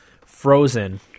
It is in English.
frozen